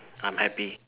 I'm happy